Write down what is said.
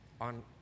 on